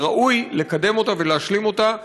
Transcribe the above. וראוי לקדם אותה ולהשלים אותה,